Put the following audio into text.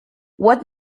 what